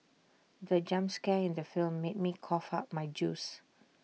the jump scare in the film made me cough out my juice